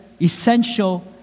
essential